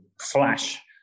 flash